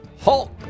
Hulk